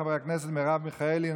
חברי הכנסת מרב מיכאלי,